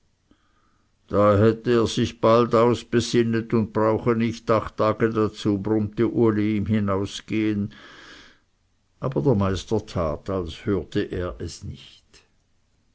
da hätte er sich bald ausbsinnt und brauche nicht acht tage dazu brummte uli im herausgehen aber der meister tat als hörte er es nicht